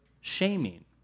shaming